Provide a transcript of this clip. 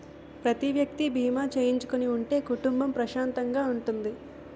ప్రతి వ్యక్తి బీమా చేయించుకుని ఉంటే కుటుంబం ప్రశాంతంగా ఉంటుంది